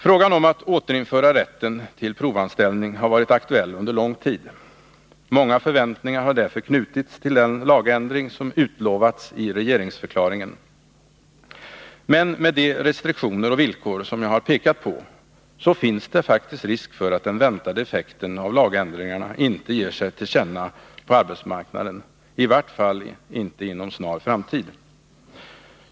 Frågan om att återinföra rätten till provanställning har varit aktuell under lång tid. Många förväntningar har därför knutits till den lagändring som utlovats i regeringsförklaringen. Men med de restriktioner och villkor som jag har pekat på finns det faktiskt risk för att den väntade effekten av lagändringarna inte ger sig till känna på arbetsmarknaden, i vart fall inte inom en snar framtid.